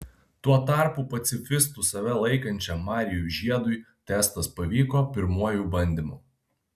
tuo tarpu pacifistu save laikančiam marijui žiedui testas pavyko pirmuoju bandymu